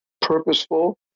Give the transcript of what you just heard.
purposeful